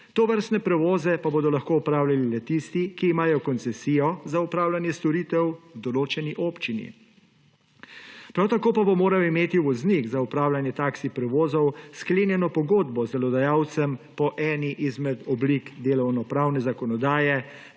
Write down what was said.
Tovrstne prevoze pa bodo lahko opravljali le tisti, ki imajo koncesijo za opravljanje storitev v določeni občini. Prav tako pa bo moral imeti voznik za opravljanje taksi prevozov sklenjeno pogodbo z delodajalcem po eni izmed oblik delovnopravne zakonodaje,